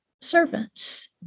servants